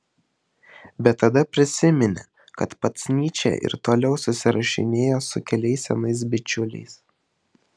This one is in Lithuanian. bet tada prisiminė kad pats nyčė ir toliau susirašinėjo su keliais senais bičiuliais